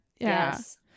Yes